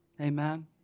Amen